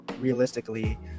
realistically